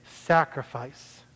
sacrifice